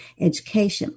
education